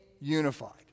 unified